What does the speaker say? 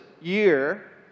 year